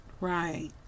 right